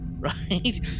Right